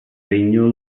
regno